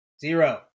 Zero